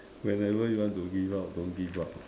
whenever you want to give up don't give up